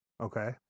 Okay